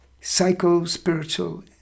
psycho-spiritual